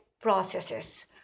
processes